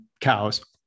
cows